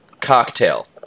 cocktail